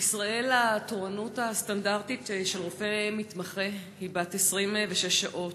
בישראל התורנות הסטנדרטית של רופא מתמחה היא בת 26 שעות,